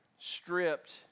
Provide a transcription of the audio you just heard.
stripped